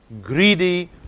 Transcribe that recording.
Greedy